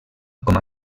com